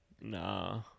nah